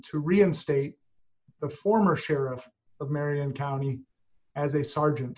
to reinstate the former sheriff of marion county as a sergeant